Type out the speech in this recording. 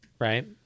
Right